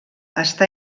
està